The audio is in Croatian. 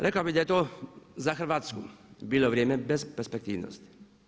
Rekao bih da je to za Hrvatsku bilo vrijeme besperspektivnosti.